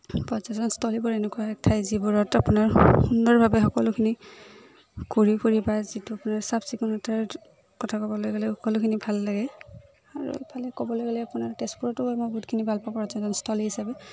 পৰ্যটনস্থলীবোৰ এনেকুৱা এক ঠাই যিবোৰত আপোনাৰ সুন্দৰভাৱে সকলোখিনি ঘূৰি ফুৰি বা যিটো আপোনাৰ চাফ চিকুণতাৰ কথা ক'বলৈ গ'লে সকলোখিনি ভাল লাগে আৰু এইফালে ক'বলৈ গ'লে আপোনাৰ তেজপুৰতো মই বহুতখিনি ভাল পাওঁ পৰ্যটনস্থলী হিচাপে